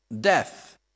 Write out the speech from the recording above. death